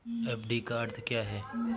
FD का अर्थ क्या है?